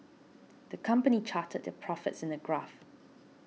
the company charted their profits in a graph